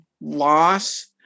loss